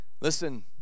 Listen